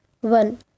One